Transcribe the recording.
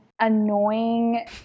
annoying